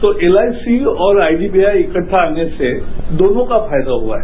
तो एलआईसी और आईसीबीआई इक्टठा आने से दोनो का फायदा हुआ है